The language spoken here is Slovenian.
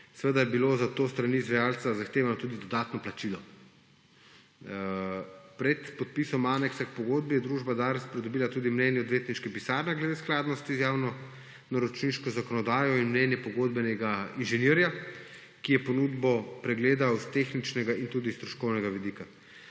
Seveda je bilo zato s strani izvajalca zahtevano tudi dodatno plačilo. Pred podpisom aneksa k pogodbi je družba Dars pridobila tudi mnenje odvetniške pisarne glede skladnosti z javno naročniško zakonodajo in mnenje pogodbenega inženirja, ki je ponudbo pregledal s tehničnega in tudi stroškovnega vidika.